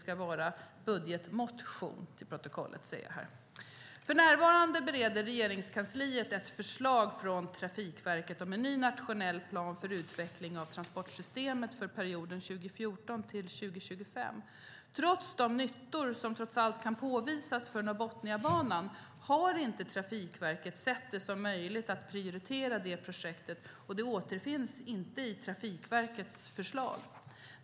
För närvarande bereder Regeringskansliet ett förslag från Trafikverket om en ny nationell plan för utveckling av transportsystemet för perioden 2014-2025. Trots de nyttor som trots allt kan påvisas för Norrbotniabanan har inte Trafikverket sett det som möjligt att prioritera det projektet, och det återfinns inte i Trafikverkets förslag.